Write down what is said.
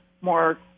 more